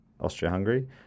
Austria-Hungary